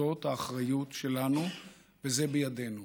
זאת האחריות שלנו וזה בידינו.